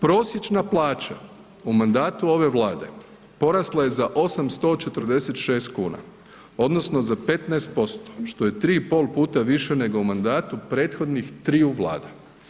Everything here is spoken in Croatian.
Prosječna plaća u mandatu ove Vlade porasla je za 846 kuna, odnosno za 15% što je 3,5 puta više nego u mandatu prethodnih triju Vlada.